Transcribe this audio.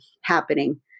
happening